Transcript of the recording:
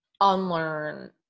unlearn